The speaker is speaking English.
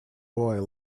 boy